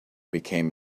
became